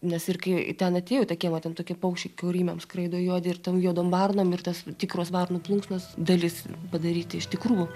nes ir kai ten atėjo į tą kiemą ten tokie paukščiai kiaurymėm skraido juodi ir ten juodom varnom ir tas tikras varnų plunksnos dalis padaryti iš tikrųjų